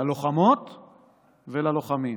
ללוחמות וללוחמים,